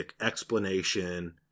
explanation –